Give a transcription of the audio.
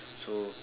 so